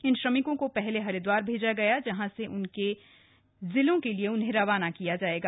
इन श्रमिकों को पहले हरिद्वार भेजा गया जहां से उन्हें उनके जिलों के लिए रवाना किया जाएगा